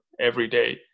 everyday